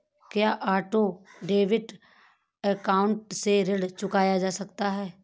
क्या auto debit account से ऋण चुकाया जा सकता है?